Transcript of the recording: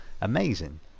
amazing